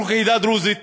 אנחנו כעדה הדרוזית